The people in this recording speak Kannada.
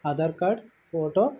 Aadhaar card photo